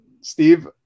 Steve